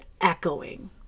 echoing